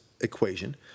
equation